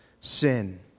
sin